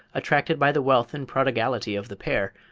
attracted by the wealth and prodigality of the pair,